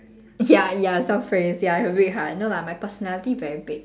ya ya some friends ya I have a big heart no lah my personality very big